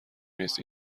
نیست